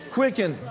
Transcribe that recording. Quicken